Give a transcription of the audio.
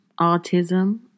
autism